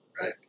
right